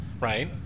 right